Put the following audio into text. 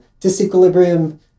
disequilibrium